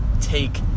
take